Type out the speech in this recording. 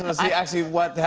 ah see actually what